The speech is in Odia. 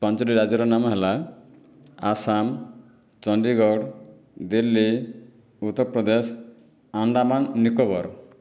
ପାଞ୍ଚଟି ରାଜ୍ୟର ନାମ ହେଲା ଆସାମ ଚଣ୍ଡିଗଡ଼ ଦିଲ୍ଲୀ ଉତ୍ତରପ୍ରଦେଶ ଆଣ୍ଡାମାନ ନିକୋବର